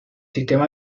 sistema